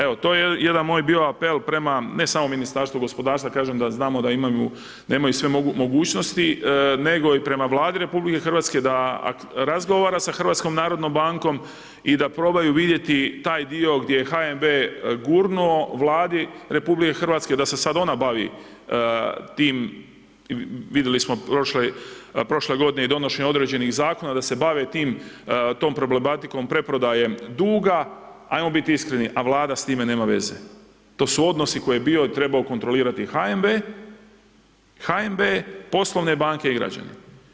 Evo to je jedan bio moj apel prema ne samo Ministarstvu gospodarstva, kažem da znam da nemaju sve mogućnosti, nego i prema Vladi RH da razgovara sa HNB-om i da probaju vidjeti taj dio gdje je HNB gurnuo Vladi RH da se sad ona bavi tim, vidjeli smo prošle godine i donošenje određenih zakona da se bave tom problematikom preprodaje duga, ajmo bit iskreni a Vlada s time nema veze, to su odnosi koje je bio i trebao kontrolirati HNB, poslovne banke i građani.